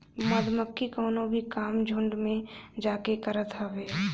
मधुमक्खी कवनो भी काम झुण्ड में जाके करत हवे